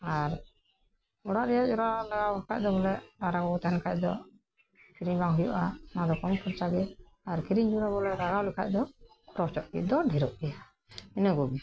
ᱟᱨ ᱚᱲᱟᱜ ᱨᱮᱭᱟᱜ ᱡᱚᱨᱨᱟ ᱞᱟᱜᱟᱣ ᱞᱮᱠᱟᱡ ᱫᱚ ᱵᱚᱞᱮ ᱯᱟᱣᱨᱟ ᱠᱚᱠᱚ ᱛᱟᱦᱮᱱ ᱠᱷᱟᱡ ᱫᱚ ᱠᱤᱨᱤᱧ ᱵᱟᱝ ᱦᱩᱭᱩᱜᱼᱟ ᱚᱱᱟ ᱫᱚ ᱠᱚᱢ ᱠᱷᱚᱨᱪᱟ ᱜᱮ ᱟᱨ ᱠᱤᱨᱤᱧ ᱡᱟᱣᱨᱟ ᱵᱚᱞᱮ ᱞᱟᱜᱟᱣ ᱞᱮᱠᱷᱟᱡ ᱫᱚ ᱠᱷᱚᱨᱚᱪ ᱫᱚ ᱰᱷᱮᱨᱚᱜ ᱜᱮᱭᱟ ᱤᱱᱟᱹ ᱠᱚᱜᱮ